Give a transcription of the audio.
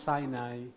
Sinai